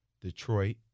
Detroit